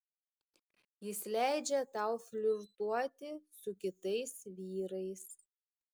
jis leidžia tau flirtuoti su kitais vyrais